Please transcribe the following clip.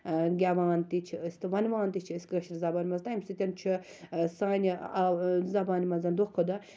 گیٚوان تہِ چھِ أسۍ تہٕ وَنوان تہِ چھِ أسۍ کٲشرٕ زَبانہِ مَنٛز تمہِ سۭتۍ چھُ سانہِ زَبانہِ مَنٛز دۄہ کھۄتہٕ دۄہ